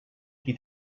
qui